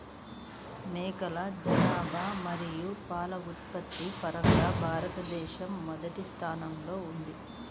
మేకల జనాభా మరియు పాల ఉత్పత్తి పరంగా భారతదేశం మొదటి స్థానంలో ఉంది